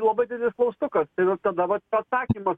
labai didelis klaustukas ir tada vat atsakymas